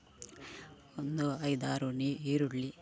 ಒಂದು ಐದಾರು ನೀ ಈರುಳ್ಳಿ